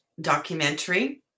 documentary